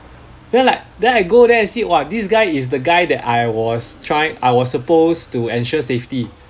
then like then I go there and see !wah! this guy is the guy that I was trying I was supposed to ensure safety